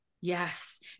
Yes